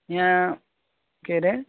यहाँ के अरे